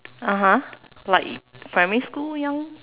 (uh huh) like primary school young